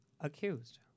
accused